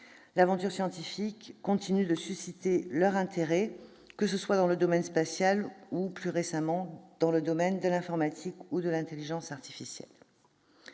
L'aventure scientifique continue de susciter leur intérêt, que ce soit dans le domaine spatial ou, plus récemment, dans les domaines de l'informatique ou de l'intelligence artificielle.